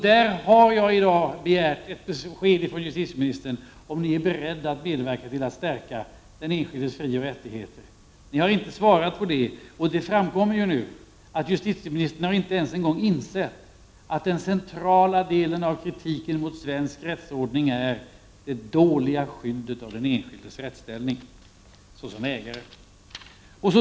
Jag har i dag begärt ett besked från justitieministern om hon är beredd att medverka till att stärka den enskildes frioch rättigheter. Hon har inte svarat på frågan. Det framgår nu att justitieministern inte ens en gång har insett att det centrala i kritiken mot svensk rättsordning är att den ger dåligt skydd för den enskilde som ägare.